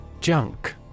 Junk